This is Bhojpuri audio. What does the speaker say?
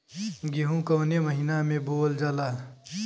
गेहूँ कवने महीना में बोवल जाला?